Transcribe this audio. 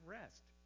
rest